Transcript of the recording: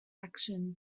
action